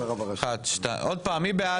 עוד פעם, מי בעד?